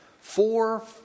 Four